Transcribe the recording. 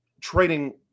trading